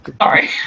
sorry